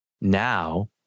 now